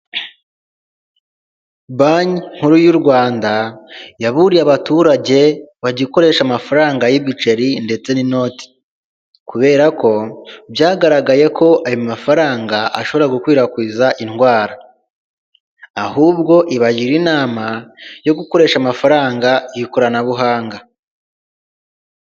Banki nkuru y'u Rwanda yaburiye abaturage bagikoresha amafaranga y'ibiceri ndetse n'inoti kubera ko byagaragaye ko ayo mafaranga ashobora gukwirakwiza indwara ahubwo ibagira inama yo gukoresha amafaranga yikoranabuhanga .